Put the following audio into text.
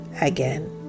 again